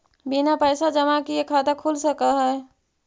बिना पैसा जमा किए खाता खुल सक है?